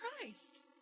Christ